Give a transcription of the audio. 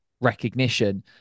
recognition